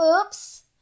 Oops